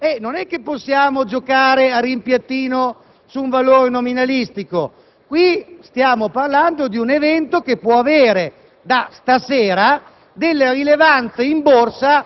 energetiche quotate e non possiamo giocare a rimpiattino su un valore nominalistico. Stiamo parlando di un evento che da stasera